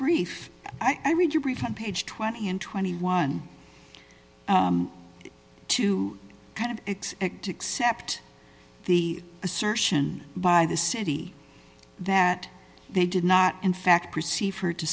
brief i read your brief on page twenty and twenty one to kind of accept the assertion by the city that they did not in fact perceive her to